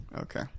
Okay